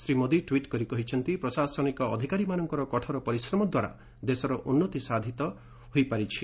Shri Modi tweet କରି କହିଛନ୍ତି ପ୍ରଶାସନିକ ଅଧିକାରୀମାନଙ୍କର କଠୋର ପରିଶ୍ରମଦ୍ୱାରା ଦେଶର ଉନ୍ନତି ସାଧିତ ହୋଇପାରିବ